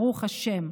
ברוך השם.